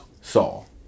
Saul